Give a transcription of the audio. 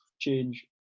change